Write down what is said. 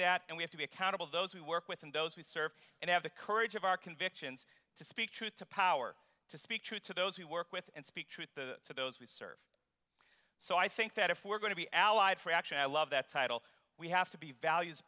that and we have to be accountable those we work with and those we serve and have the courage of our convictions to speak truth to power to speak truth to those we work with and speak truth to those we serve so i think that if we're going to be allied for action i love that title we have to be values